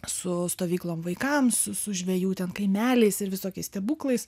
su stovyklom vaikams su žvejų ten kaimeliais ir visokiais stebuklais